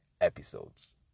episodes